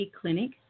clinic